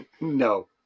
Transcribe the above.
No